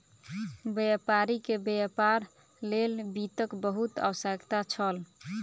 व्यापारी के व्यापार लेल वित्तक बहुत आवश्यकता छल